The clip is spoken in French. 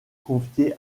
confiée